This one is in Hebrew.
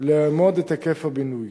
לאמוד את היקף הבינוי.